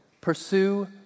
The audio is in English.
pursue